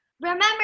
Remember